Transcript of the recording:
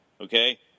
okay